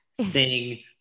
sing